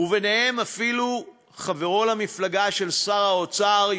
וביניהם אפילו חברו למפלגה של שר האוצר,